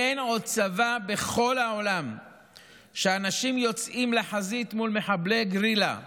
אין עוד צבא בכל העולם שבו אנשים יוצאים לחזית מול מחבלי גרילה אכזריים,